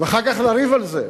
ואחר כך לריב על זה?